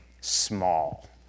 small